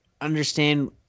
understand